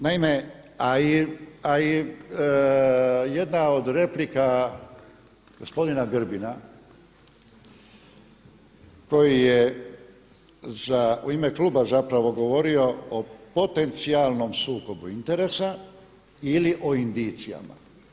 Naime, a i jedna od replika gospodina Grbina koji je u ime kluba zapravo govorio o potencijalnom sukobu interesa ili o indicijama.